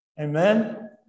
Amen